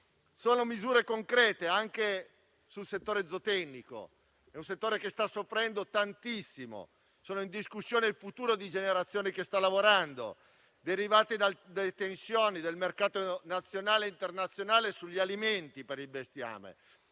sono misure concrete anche sul settore zootecnico, che sta soffrendo tantissimo. È in discussione il futuro di generazioni che stanno lavorando per le tensioni del mercato nazionale e internazionale sugli alimenti per il bestiame.